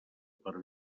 per